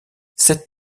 sept